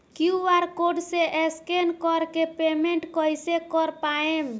QR code से scan कर के पेमेंट कइसे कर पाएम?